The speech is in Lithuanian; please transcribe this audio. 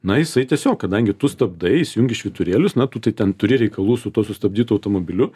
na jisai tiesiog kadangi tu stabdai įsijungi švyturėlius na tu tai ten turi reikalų su tuo sustabdytu automobiliu